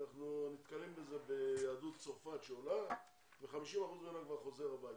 אנחנו נתקלים בזה ביהדות צרפת שעולה ו-50% ממנה חוזרים הביתה.